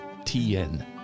TN